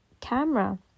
camera